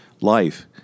life